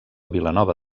vilanova